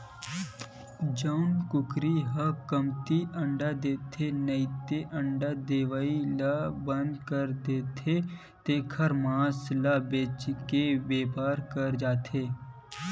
जउन कुकरी ह कमती अंडा देथे नइते अंडा देवई ल बंद कर देथे तेखर मांस ल बेचे के बेपार करे जाथे